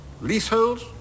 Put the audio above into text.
leaseholds